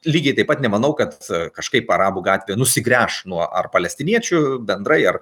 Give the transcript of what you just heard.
lygiai taip pat nemanau kad kažkaip arabų gatvė nusigręš nuo ar palestiniečių bendrai ar